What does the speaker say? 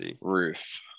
Ruth